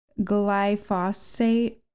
glyphosate